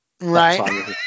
Right